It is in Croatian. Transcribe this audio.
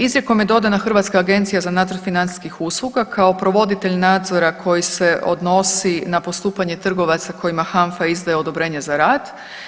Izrijekom je dodana Hrvatska agencija za nadzor financijskih usluga kao provoditelj nadzora koji se odnosi na postupanje trgovaca kojima HANFA izdaje odobrenje za rad.